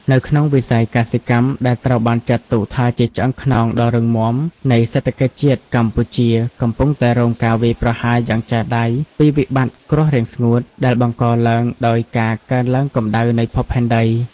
នៅក្នុងវិស័យកសិកម្ម ដែលត្រូវបានចាត់ទុកថាជាឆ្អឹងខ្នងដ៏រឹងមាំនៃសេដ្ឋកិច្ចជាតិកម្ពុជា កំពុងតែរងការវាយប្រហារយ៉ាងចាស់ដៃពីវិបត្តិគ្រោះរាំងស្ងួត ដែលបង្កឡើងដោយការកើនឡើងកម្ដៅនៃភពផែនដី។